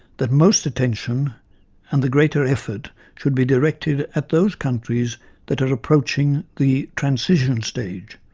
that most attention and the greater effort should be directed at those countries that are approaching the transition stage,